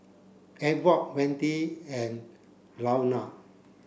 Ewart Wende and Luana